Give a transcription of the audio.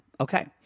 Okay